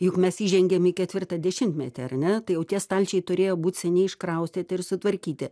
juk mes įžengėm į ketvirtą dešimtmetį ar ne tai jau tie stalčiai turėjo būt seniai iškraustyti ir sutvarkyti